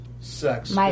Sex